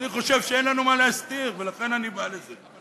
אני חושב שאין לנו מה להסתיר, ולכן אני בא לזה.